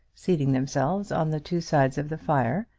seating themselves on the two sides of the fire,